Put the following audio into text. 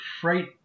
freight